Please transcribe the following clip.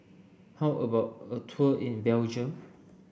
how about a tour in Belgium